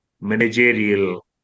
managerial